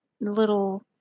little